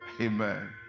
Amen